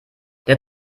der